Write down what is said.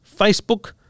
Facebook